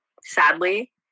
sadly